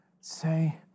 say